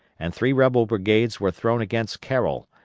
and three rebel brigades were thrown against carroll,